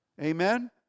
Amen